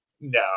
no